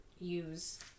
use